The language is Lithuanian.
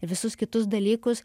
visus kitus dalykus